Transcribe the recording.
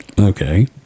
Okay